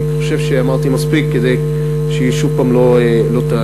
אני חושב שאמרתי מספיק כדי שהיא שוב לא תעלה.